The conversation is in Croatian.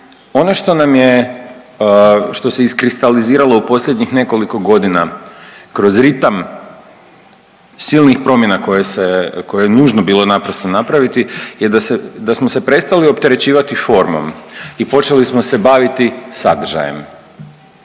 Ono što nam je, što se iskristaliziralo u posljednjih nekoliko godina kroz ritam silnih promjena koje se, koje je nužno bilo naprosto napraviti je da smo se prestali opterećivati formom i počeli smo se baviti sadržajem.